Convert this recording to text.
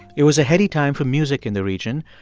it was a heady time for music in the region.